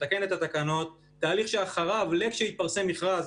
לתקן את התקנות תהליך שאחריו לכשיתפרסם מכרז,